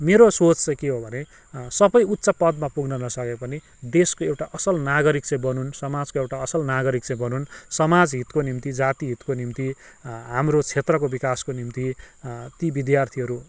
मेरो सोच चाहिँ के हो भने सबै उच्च पदमा पुग्न नसके पनि देशको एउटा असल नागरिक चाहिँ बनुन् समाजको एउटा असल नागरिक चाहिँ बनुन् समाज हितको निम्ति जाति हितको निम्ति हाम्रो क्षेत्रको विकासको निम्ति ति विद्यार्थीहरू